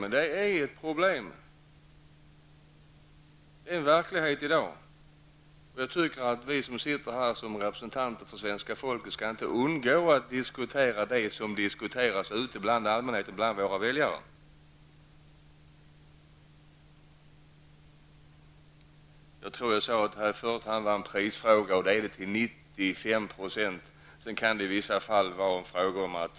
Men detta är ett problem -- det är verkligheten i dag. Vi som sitter här som representanter för svenska folket skall inte undvika att diskutera det som allmänheten, våra väljare, diskuterar. Som jag redan har sagt handlar det till 95 % om priset. I vissa fall kan det vara andra förhållanden som är avgörande.